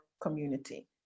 community